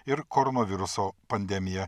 ir koronaviruso pandemija